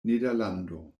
nederlando